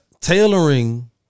Tailoring